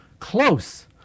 Close